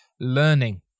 learning